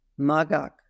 magak